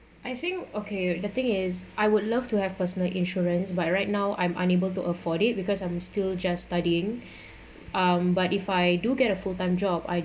I think okay the thing is I would love to have personal insurance but right now I'm unable to afford it because I'm still just studying um but if I do get a full time job I